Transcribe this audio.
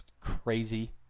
Crazy